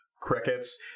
crickets